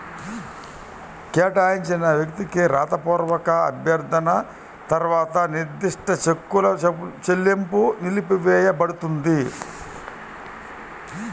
కేటాయించిన వ్యక్తికి రాతపూర్వక అభ్యర్థన తర్వాత నిర్దిష్ట చెక్కుల చెల్లింపు నిలిపివేయపడుతుంది